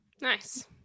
nice